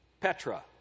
Petra